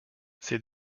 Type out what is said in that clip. ces